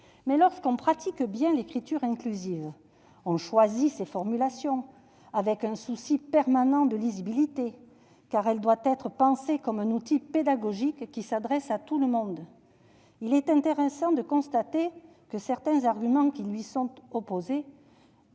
lorsqu'on pratique bien l'écriture inclusive, on choisit ses formulations avec un souci permanent de lisibilité. Elle doit être pensée comme un outil pédagogique qui s'adresse à tout le monde. Il est intéressant de constater que certains arguments qui lui sont opposés